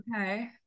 Okay